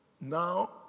Now